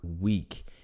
week